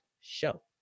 show